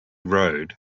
road